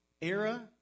era